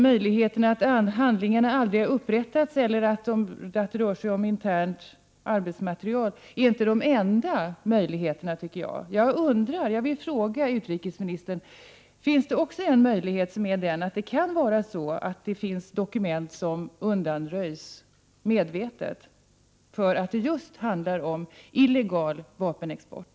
Möjligheten att handlingarna aldrig har upprättats eller att det rör sig om internt arbetsmaterial är inte de enda möjligheterna, tycker jag. Jag vill fråga utrikesministern: Kan det också vara så att det finns dokument som undanröjs medvetet, just därför att de handlar om illegal vapenexport?